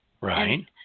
Right